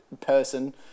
person